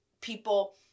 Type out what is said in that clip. people